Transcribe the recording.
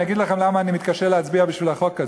אני אגיד לכם למה אני מתקשה להצביע בשביל החוק הזה.